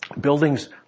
buildings